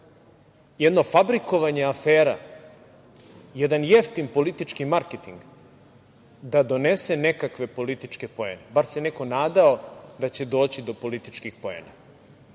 jedno fabrikovanje afera, jedan jeftin politički marketing da donese nekakve političke poene. Bar se neko nadao da će doći do politički poena.